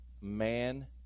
man